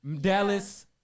Dallas